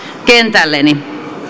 kentälleni